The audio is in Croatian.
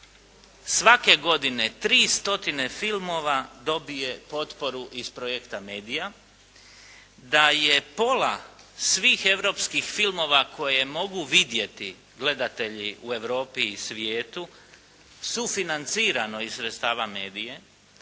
svake godine tri stotine filmova dobije potporu iz projekta Media, da je pola svih europskih filmova koje mogu vidjeti gledatelji u Europi i svijetu sufinancirano iz sredstava Media-e.